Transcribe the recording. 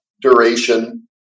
duration